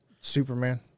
Superman